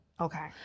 Okay